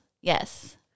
Yes